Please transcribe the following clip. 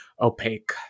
opaque